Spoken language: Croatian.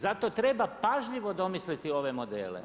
Zato treba pažljivo domisliti ove modele.